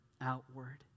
outward